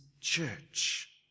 church